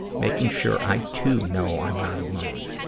making sure i, too, know i'm not alone.